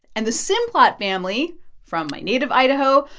and the simplot family from my native idaho,